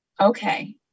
okay